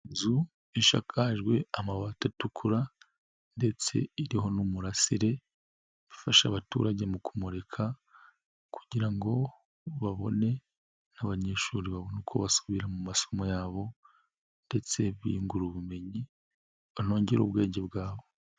Inzu ishakajwe amabati atukura, ndetse iriho n'umurasire ifasha abaturage mu kumurika, kugira ngo babone nk'abanyeshuri babone uko basubira mu masomo yabo, ndetse biyungura ubumenyi, banongere ubwenge bwabo.